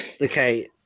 Okay